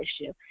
issue